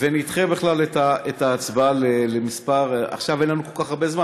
ונדחה בכלל את ההצבעה עכשיו אין לנו כל כך הרבה זמן,